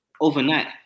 overnight